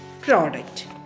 product